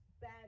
bad